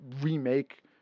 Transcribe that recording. remake